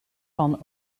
van